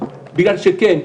בגלל שכן,